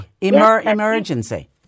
Emergency